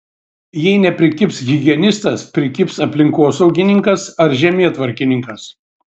jei neprikibs higienistas prikibs aplinkosaugininkas ar žemėtvarkininkas